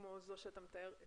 כמו זו שאתה מתאר,